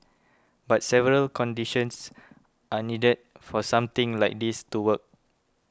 but several conditions are needed for something like this to work